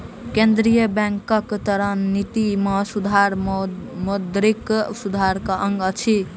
केंद्रीय बैंकक ऋण निति में सुधार मौद्रिक सुधार के अंग अछि